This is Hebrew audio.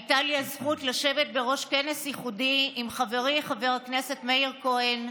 הייתה לי הזכות לשבת בראש כנס ייחודי עם חברי חבר הכנסת מאיר כהן,